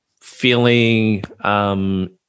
feeling